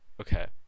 okay